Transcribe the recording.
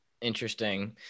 Interesting